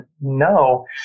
no